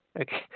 Okay